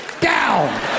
down